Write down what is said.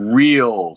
real